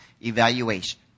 evaluation